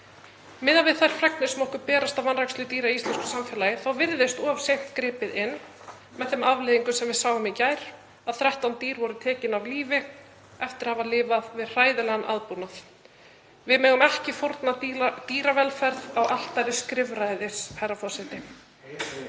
Miðað við þær fregnir sem okkur berast af vanrækslu dýra í íslensku samfélagi þá virðist of seint gripið inn í með þeim afleiðingum sem við sáum í gær að 13 dýr voru tekin af lífi eftir að hafa lifað við hræðilegan aðbúnað. Herra forseti. Við megum ekki fórna dýravelferð á altari skrifræðis.